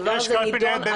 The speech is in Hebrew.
יש קלפי במוצבים.